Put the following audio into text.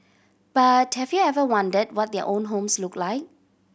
but have you ever wondered what their own homes look like